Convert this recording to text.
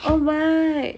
oh my